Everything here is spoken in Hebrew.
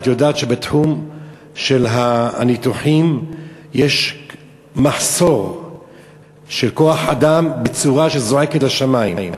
את יודעת שבתחום הניתוחים יש מחסור בכוח-אדם שזועק לשמים.